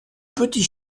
petit